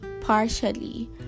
partially